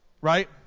Right